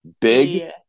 Big